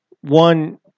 one